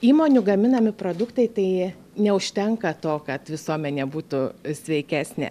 įmonių gaminami produktai tai neužtenka to kad visuomenė būtų sveikesnė